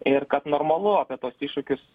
ir kad normalu apie tuos iššūkius